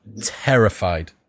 terrified